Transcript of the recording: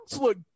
look